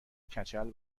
کچل